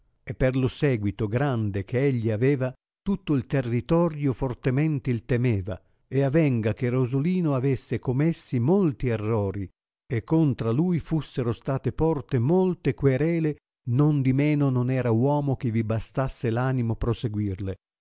e per lo sèguito grande che egli aveva tutto il territorio fortemente il temeva e avenga che rosolino avesse comessi molti errori e contra lui fussero state porte molte querele nondimeno non era uomo che vi bastasse l'animo proseguirle